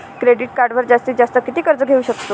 Credit कार्डवर जास्तीत जास्त किती कर्ज घेऊ शकतो?